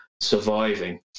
surviving